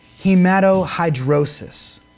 hematohydrosis